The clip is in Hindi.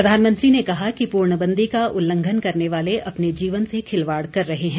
प्रधानमंत्री ने कहा कि पूर्णबंदी का उल्लंघन करने वाले अपने जीवन से खिलवाड़ कर रहे हैं